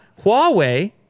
Huawei